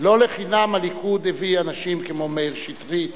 לא לחינם הליכוד הביא אנשים כמו מאיר שטרית,